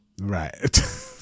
Right